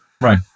Right